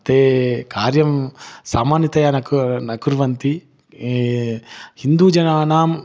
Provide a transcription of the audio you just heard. ते कार्यं सामान्यतया न कुर् न कुर्वन्ति हिन्दूजनानाम्